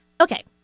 Okay